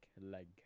leg